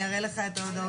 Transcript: אני אראה לך את ההודעת.